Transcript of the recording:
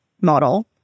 model